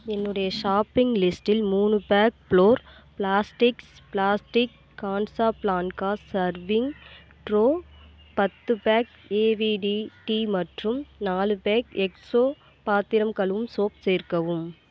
என்னுடைய ஷாப்பிங் லிஸ்ட்டில் மூணு pack Blair plastics plastic Casa Blanca serving tray பத்து பேக் ஏவிடி டீ மற்றும் நாலு பேக் எக்ஸோ பாத்திரம் கழுவும் சோப் சேர்க்கவும்